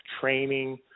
training